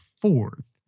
fourth